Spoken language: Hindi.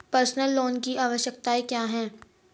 पर्सनल लोन की आवश्यकताएं क्या हैं?